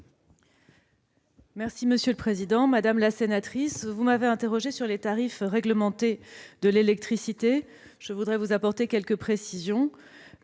secrétaire d'État. Madame la sénatrice, vous m'avez interrogée sur les tarifs réglementés de l'électricité. Je voudrais vous apporter quelques précisions.